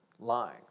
lying